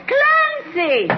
Clancy